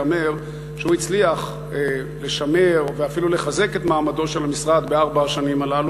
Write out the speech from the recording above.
ייאמר שהוא הצליח לשמר ואפילו לחזק את מעמדו של המשרד בארבע השנים האלה,